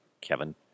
Kevin